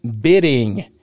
bidding